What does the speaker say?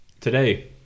Today